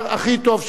כבוד היושב-ראש.